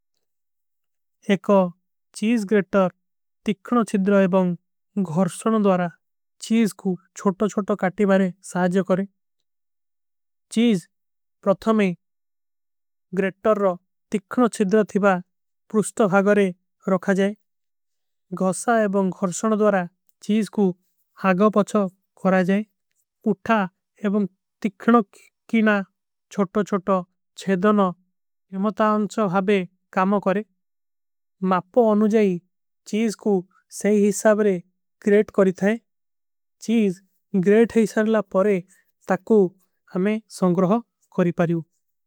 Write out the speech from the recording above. ଏକ ଚୀଜ ଗ୍ରେଟର ତିଖନ ଚିଦ୍ର ଏବଂଗ ଘର୍ଷନ ଦ୍ଵାରା ଚୀଜ। କୂ ଚୋଟୋ ଚୋଟୋ କାଟୀ ବାରେ ସାହଜଯ କରେଂ ଚୀଜ ପ୍ରଥମେ। ଗ୍ରେଟର ରୋ ତିଖନ ଚିଦ୍ର ଥିପା ପୁରୁଷ୍ଟ ଭାଗରେ ରୋଖା ଜାଏ ଗୃଶା। ଏବଂଗ ଘର୍ଷନ ଦ୍ଵାରା ଚୀଜ କୂ ହାଗଵ ପଚ୍ଚା କରା ଜାଏ ପୁଠା। ଏବଂଗ ତିଖନ କିନା ଚୋଟୋ ଚୋଟୋ ଛେଦନ ଇମା ତାଉଂଚ ଭାବେ। କାମା କରେଂ ମାପପା ଅନୁଜାଈ ଚୀଜ କୂ ସୈ ହିସାବରେ ଗ୍ରେଟ। କରୀ ଥାଏ ଚୀଜ ଗ୍ରେଟ ହିସାରଲା ପରେ ତକୂ ହମେଂ ସଂଗ୍ରହ କରୀ ପାରେଂ।